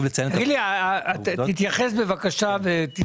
הרציונל שהיה תקף בזמנו כבר לא